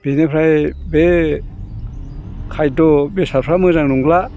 बिनिफ्राय बे खायद' बेसादफ्रा मोजां नंला